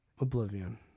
Oblivion